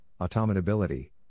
automatability